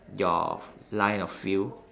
your f~ line of field